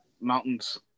mountains